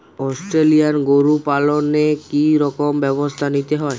Australian গরু পালনে কি রকম ব্যবস্থা নিতে হয়?